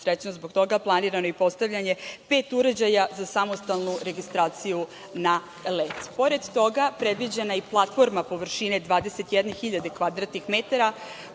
srećna zbog toga, planirano je i postavljanje pet uređaja za samostalnu registraciju na let. Pored toga, predviđena je i platforma površine 21.000